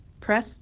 press